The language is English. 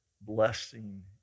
blessing